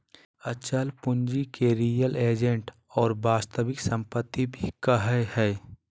अचल पूंजी के रीयल एस्टेट और वास्तविक सम्पत्ति भी कहइ हइ